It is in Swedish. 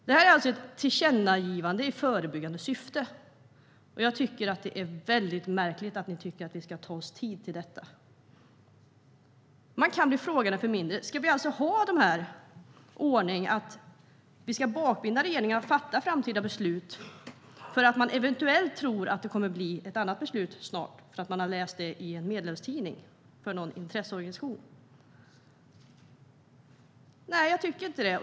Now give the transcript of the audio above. Det här är alltså ett tillkännagivande i förebyggande syfte. Jag tycker att det är väldigt märkligt att ni tycker att vi ska ta oss tid till detta. Man kan bli frågande för mindre. Ska vi alltså ha den här ordningen? Ska man bakbinda regeringen när det gäller att fatta framtida beslut för att man eventuellt tror att det snart kommer att bli ett annat beslut - för det har man läst i någon intresseorganisations medlemstidning? Nej, jag tycker inte det.